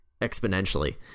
exponentially